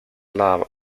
law